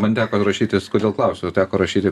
man teko rašytis kodėl klausiau teko rašyti